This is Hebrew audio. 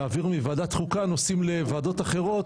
להעביר מוועדת החוקה נושאים לוועדות אחרות,